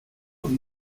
und